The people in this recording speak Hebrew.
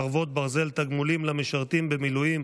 חרבות ברזל) (תגמולים למשרתים במילואים),